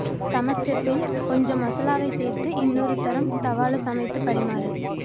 சமைத்த பின் கொஞ்சம் மசாலாவை சேர்த்து இன்னொரு தரம் தவாவில் சமைத்து பரிமாறு